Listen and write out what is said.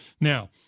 Now